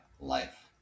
life